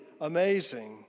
amazing